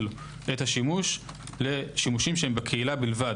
את השימוש לשימושים שהם בקהילה בלבד.